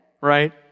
right